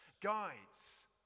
guides